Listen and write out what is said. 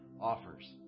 offers